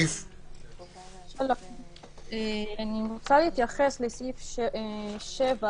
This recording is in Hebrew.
אני רוצה להתייחס לסעיף 7,